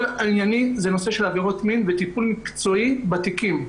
כל ענייני הוא נושא של עבירות מין וטיפול מקצועי בתיקים.